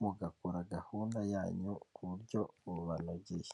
mugakora gahunda yanyu ku buryo bubanogeye.